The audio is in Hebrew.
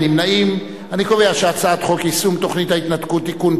להעביר את הצעת חוק יישום תוכנית ההתנתקות (תיקון,